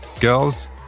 Girls